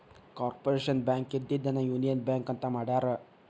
corporation bank ಇದ್ದಿದ್ದನ್ನ union bank ಅಂತ ಮಾಡ್ಯಾರ